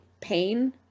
pain